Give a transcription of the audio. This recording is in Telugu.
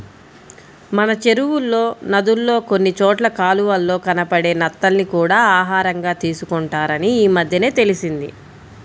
మనకి చెరువుల్లో, నదుల్లో కొన్ని చోట్ల కాలవల్లో కనబడే నత్తల్ని కూడా ఆహారంగా తీసుకుంటారని ఈమద్దెనే తెలిసింది